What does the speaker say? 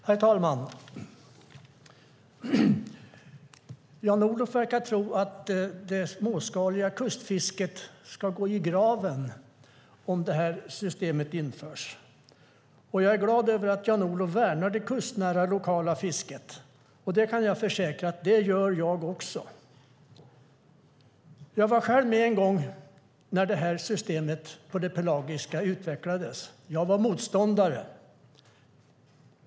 Herr talman! Jan-Olof verkar tro att det småskaliga kustfisket skulle gå i graven om det här systemet införs. Jag är glad över att Jan-Olof värnar det kustnära lokala fisket. Jag kan försäkra er om att jag också gör det. Jag var själv med en gång när det pelagiska systemet utvecklades. Jag var motståndare.